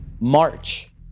March